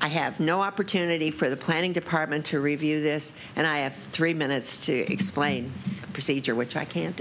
i have no opportunity for the planning department to review this and i have three minutes to explain the procedure which i can't